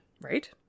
Right